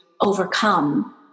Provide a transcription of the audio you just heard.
overcome